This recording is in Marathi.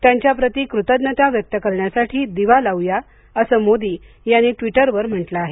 त्यांच्याप्रती कृतज्ञता व्यक्त करण्यासाठी दिवा लावू या असं मोदी यांनी ट्वीटरवर म्हटलं आहे